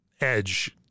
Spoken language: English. edge